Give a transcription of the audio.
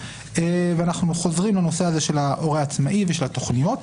ואנחנו חוזרים לנושא הזה של ההורה העצמאי ושל התוכניות.